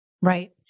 Right